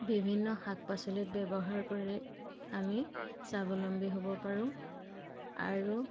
বিভিন্ন শাক পাচলিত ব্যৱহাৰ কৰি আমি স্বাৱলম্বী হ'ব পাৰোঁ আৰু